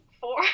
four